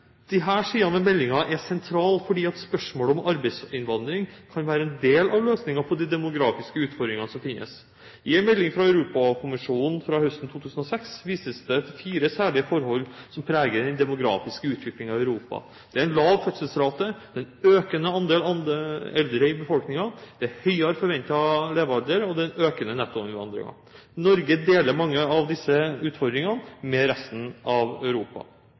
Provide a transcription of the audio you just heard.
er sentral, for spørsmålet om arbeidsinnvandring kan være en del av løsningene på de demografiske utfordringene som finnes. I en melding fra Europakommisjonen fra høsten 2006 ble det vist til fire særlige forhold som preger den demografiske utviklingen i Europa. Det er en lav fødselsrate, det er en økende andel eldre i befolkningen, det er høyere forventet levealder, og det er en økende nettoinnvandring. Norge deler mange av disse utfordringene med resten av Europa.